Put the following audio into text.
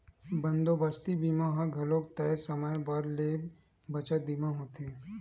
बंदोबस्ती बीमा ह घलोक तय समे बर ले गे बचत बीमा होथे